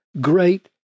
great